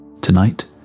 Tonight